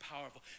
powerful